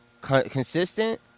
consistent